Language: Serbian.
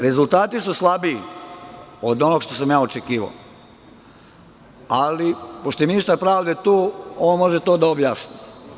Rezultati su slabiji od onog što sam ja očekivao, ali pošto je ministar pravde tu, on može to da objasni.